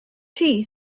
tea